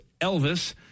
Elvis